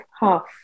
half